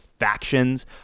factions